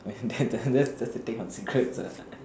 when you've done this that's the thing about cigarettes ah